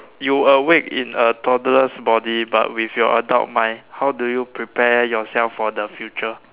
you awake in a toddler's body but with your adult mind how do you prepare yourself for the future